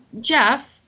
jeff